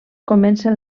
comencen